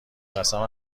قسم